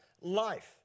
life